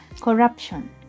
corruption